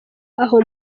abo